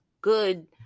good